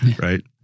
right